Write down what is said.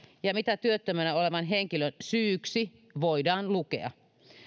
ja mitä työttömänä olevan henkilön syyksi voidaan lukea